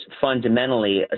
fundamentally